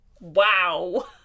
Wow